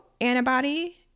antibody